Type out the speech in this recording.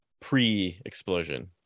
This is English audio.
pre-explosion